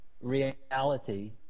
reality